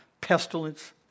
pestilence